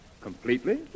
Completely